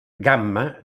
gamma